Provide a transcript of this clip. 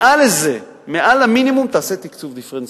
מעל לזה, מעל המינימום, תעשה תקצוב דיפרנציאלי.